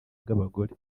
bw’abagore